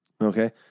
Okay